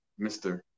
Mr